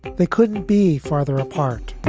they couldn't be farther apart